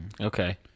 Okay